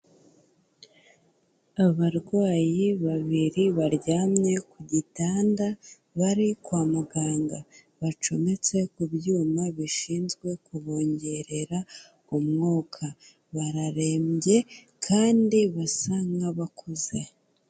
Abarwayi babiri baryamye ku gitanda bari kwa muganga, bacometse ku byuma bishinzwe kubongerera umwuka, bararembye kandi basa nk'abakuze.